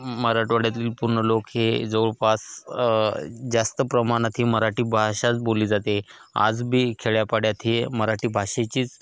मराठवाड्यातील पूर्ण लोक हे जवळपास जास्त प्रमाणात ही मराठी भाषाच बोलली जाते आज बी खेड्यापाड्यात हे मराठी भाषेचीच